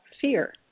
fear